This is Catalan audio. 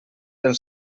del